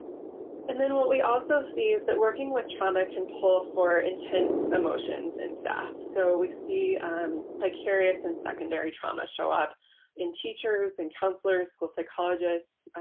and then what we also see is that working with trauma can pull for intense emotions in staff. so we see vicarious and secondary trauma show up in teachers and counselors, school psychologists,